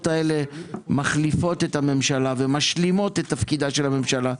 האלה מחליפות את הממשלה ומשלימות את תפקידה של הממשלה.